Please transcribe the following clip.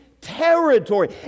territory